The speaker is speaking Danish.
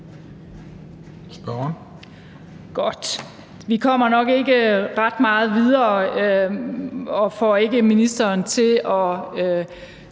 Vi kommer nok ikke ret meget videre og får ikke ministeren til at